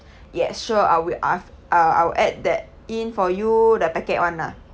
ya sure I will I've uh I will add that in for you the packet one lah